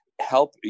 help